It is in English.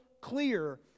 clear